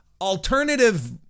alternative